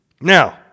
Now